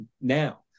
now